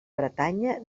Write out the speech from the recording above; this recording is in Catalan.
bretanya